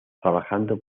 trabajando